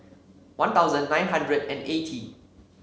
One Thousand nine hundred and eighty